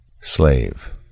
Slave